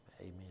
amen